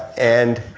and